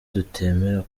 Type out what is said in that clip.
tutemera